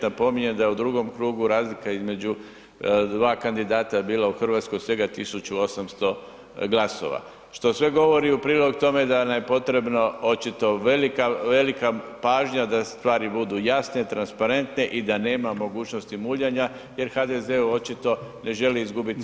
Napominjem da je u drugom krugu razlika između dva kandidata bila u Hrvatskoj bila svega 1800 glasova što sve govori u prilog tome da nam je potrebno očito velika pažnja da stvari budu jasne, transparentne i da nema mogućnosti muljanja jer HDZ očito ne želi izgubiti